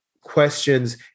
questions